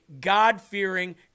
God-fearing